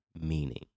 meaning